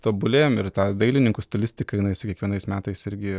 tobulėjam ir ta dailininkų stilistika jinai su kiekvienais metais irgi